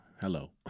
hello